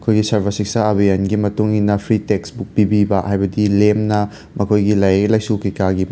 ꯑꯩꯈꯣꯏꯒꯤ ꯁꯔꯕ ꯁꯤꯛꯁꯥ ꯑꯕꯤꯌꯥꯟꯒꯤ ꯃꯇꯨꯡ ꯏꯟꯅ ꯐ꯭ꯔꯤ ꯇꯦꯛꯁ ꯕꯨꯛ ꯄꯤꯕꯤꯕ ꯍꯥꯏꯕꯗꯤ ꯂꯦꯝꯅ ꯑꯩꯈꯣꯏꯒꯤ ꯂꯥꯏꯔꯤꯛ ꯂꯥꯏꯁꯨꯒꯤ ꯀꯩ ꯀꯥꯒꯤ